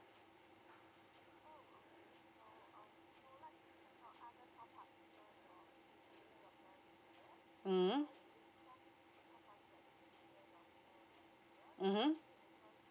mm mm mmhmm